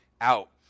out